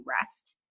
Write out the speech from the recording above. rest